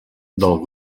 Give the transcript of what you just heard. del